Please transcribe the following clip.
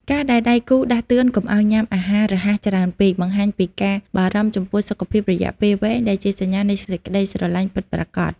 ការដែលដៃគូដាស់តឿនកុំឱ្យញ៉ាំអាហាររហ័សច្រើនពេក បង្ហាញពីការបារម្ភចំពោះសុខភាពរយៈពេលវែង ដែលជាសញ្ញានៃសេចក្ដីស្រឡាញ់ពិតប្រាកដ។